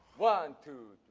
one, two,